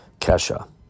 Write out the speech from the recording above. Kesha